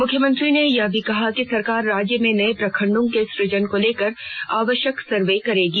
मुख्यमंत्री ने यह भी कहा कि सरकार राज्य में नये प्रखंडों के सुजन को लेकर आवश्यक सर्वे कराएगी